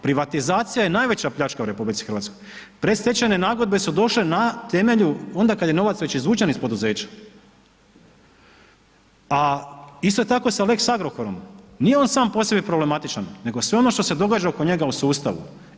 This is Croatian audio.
Privatizacija je najveća pljačka u RH, predstečajne nagodbe su došle na temelju onda kad je novac već izvučen iz poduzeća, a isto tako sa lex Agrokorom nije on sam po sebi problematičan nego sve ono što se događa oko njega u sustavu.